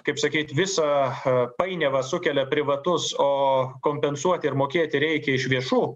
kaip sakyt visą painiavą sukelia privatus o kompensuoti ir mokėti reikia iš viešų